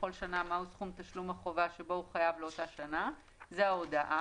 בכל שנה מהו סכום תשלום החובה שבו הוא חייב לאותה שנה" זה ההודעה.